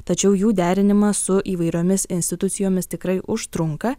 tačiau jų derinimas su įvairiomis institucijomis tikrai užtrunka